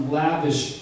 lavish